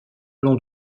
long